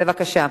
בבקשה,